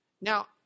Now